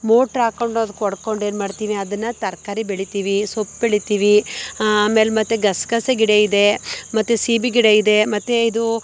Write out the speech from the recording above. motor ಹಾಕೊಂಡು ಅದಕ್ಕೆ ಹೊಡ್ಕೊಂಡು ಏನು ಮಾಡ್ತೀವಿ ಅದನ್ನು ತರಕಾರಿ ಬೆಳಿತೀವಿ ಸೊಪ್ಪು ಬೆಳಿತೀವಿ ಆಮೇಲೆ ಮತ್ತೆ ಗಸೆಗಸೆ ಗಿಡ ಇದೆ ಮತ್ತೆ ಸೀಬೆ ಗಿಡ ಇದೆ ಮತ್ತೆ ಇದು